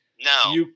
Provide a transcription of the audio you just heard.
No